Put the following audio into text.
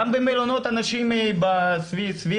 גם במלונות אנשים סביב,